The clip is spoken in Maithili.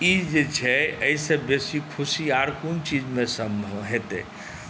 ई जे छै एहिसँ बेसी खुशी आओर कोन चीजमे सम्भव हेतै